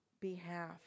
behalf